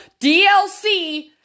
DLC